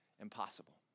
impossible